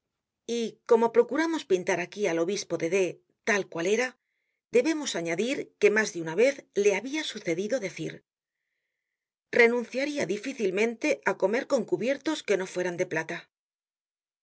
y como procuramos pintar aquí al obispo de d tal cual era debemos añadir que mas de una vez le habia sucedido decir renunciaria difícilmente á comer con cubiertos que no fueran de plata